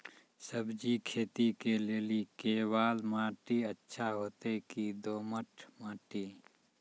सब्जी खेती के लेली केवाल माटी अच्छा होते की दोमट माटी?